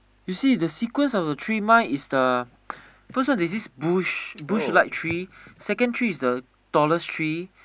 you see if the sequence of the tree mine is the first off there's this bush bush like tree second tree is the tallest tree